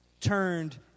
turned